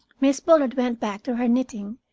miss bullard went back to her knitting,